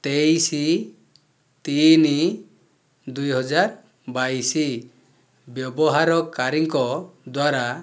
ତେଇଶି ତିନି ଦୁଇହଜାର ବାଇଶି ବ୍ୟବହାରକାରୀଙ୍କ ଦ୍ୱାରା